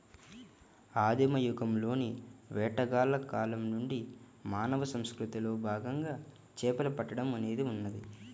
ఆదిమ యుగంలోని వేటగాళ్ల కాలం నుండి మానవ సంస్కృతిలో భాగంగా చేపలు పట్టడం అనేది ఉన్నది